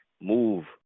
move